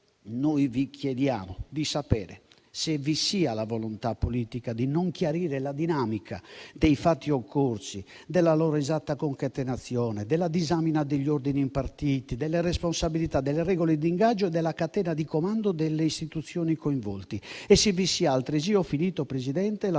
noi vi chiediamo di sapere se vi sia la volontà politica di non chiarire la dinamica dei fatti occorsi, della loro esatta concatenazione, della disamina degli ordini impartiti, delle responsabilità delle regole d'ingaggio e della catena di comando delle istituzioni coinvolte e se vi sia altresì la volontà politica